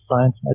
science